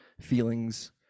feelings